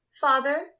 Father